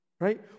Right